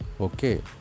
okay